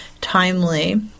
timely